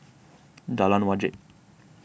Jalan Wajek